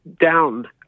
down